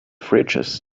fridges